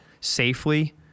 safely